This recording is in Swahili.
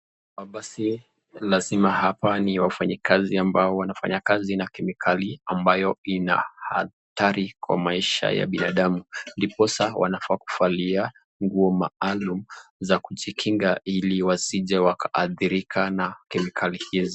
Basi lazima hapa ni wafanyikazi ambao wanafanya kazi na kemikali ambayo ina hatari kwa maisha ya binadamu ndiposa wanafaa kuvalia nguo maalum za kujikinga ili wasije wakaathirikana kemikali hizi.